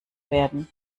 werden